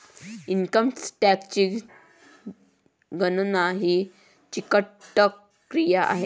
income टॅक्सची गणना ही किचकट प्रक्रिया नाही